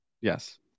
yes